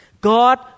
God